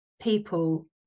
people